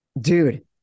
Dude